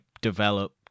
develop